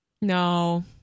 No